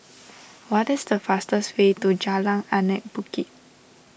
what is the fastest way to Jalan Anak Bukit